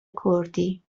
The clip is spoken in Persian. کردی